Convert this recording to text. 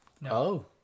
No